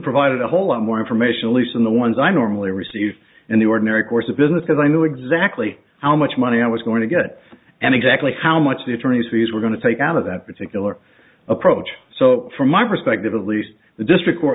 provide a whole lot more information at least in the ones i normally receive in the ordinary course of business because i knew exactly how much money i was going to get and exactly how much the attorney's fees were going to take out of that particular approach so from my perspective at least the district